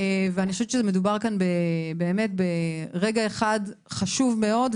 ואני חושבת שמדובר כאן ברגע אחד חשוב מאוד,